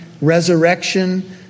resurrection